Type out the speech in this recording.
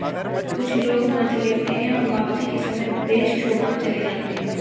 कुछ लोग कर्ज लेते हैं और वापसी के समय देश छोड़कर चले जाते हैं